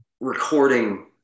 recording